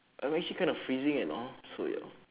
I'm actually kind of freezing and all so ya